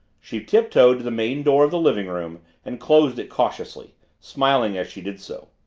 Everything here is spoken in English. she tiptoed the main door of the living-room and closed it cautiously, smiling as she did so.